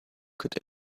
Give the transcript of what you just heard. could